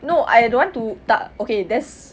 no I don't want to tak okay there's